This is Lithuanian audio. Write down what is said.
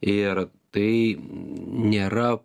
ir tai nėra